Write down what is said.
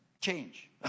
change